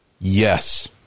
yes